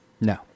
No